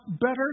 better